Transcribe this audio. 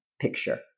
picture